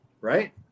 Right